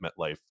MetLife